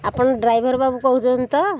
ଆପଣ ଡ୍ରାଇଭର୍ ବାବୁ କହୁଛନ୍ତି ତ